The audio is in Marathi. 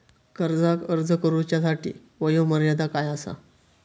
कर्जाक अर्ज करुच्यासाठी वयोमर्यादा काय आसा?